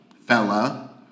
Fella